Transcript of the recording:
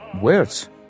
words